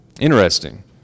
Interesting